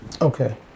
Okay